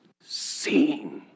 seen